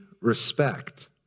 respect